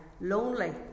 lonely